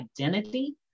identity